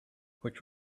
which